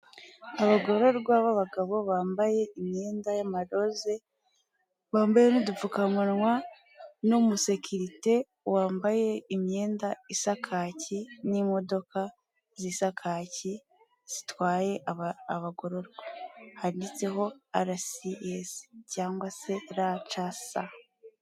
Abagororwa b'abagabo bambaye imyenda y'amaroze, bambaye n'udupfukamunwa n'umusekirite wambaye imyenda isa kaki n'imodoka z'isa kaki zitwaye abagororwa, handitseho arasiyesi cyangwa se racasa.